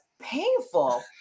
painful